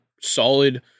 solid